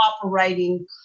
operating